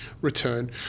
return